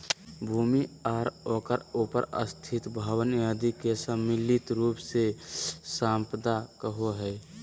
भूमि आर ओकर उपर स्थित भवन आदि के सम्मिलित रूप से सम्पदा कहो हइ